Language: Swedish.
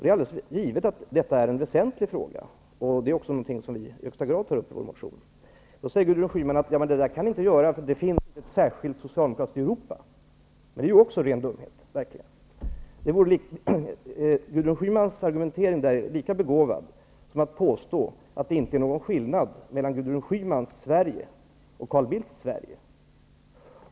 Det är alldeles givet att detta är en väsentlig fråga, och det är också något som vi i högsta grad tar upp i vår motion. Gudrun Schyman säger då att vi inte kan göra detta, eftersom det inte finns ett särskilt socialdemokratiskt Europa. Det är ju också en ren dumhet. Gudrun Schymans argumentering på den punkten är lika begåvad som påståendet att det inte är någon skillnad mellan Gudrun Schymans Sverige och Carl Bildts Sverige.